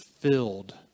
filled